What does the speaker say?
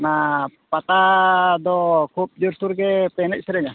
ᱚᱱᱟ ᱯᱟᱛᱟ ᱫᱚ ᱠᱷᱩᱵ ᱡᱳᱨ ᱥᱳᱨ ᱜᱮᱯᱮ ᱮᱱᱮᱡ ᱥᱮᱨᱮᱧᱟ